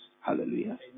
Hallelujah